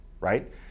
right